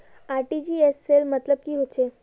RTGS cell मतलब की होचए?